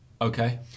Okay